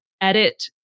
edit